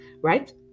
right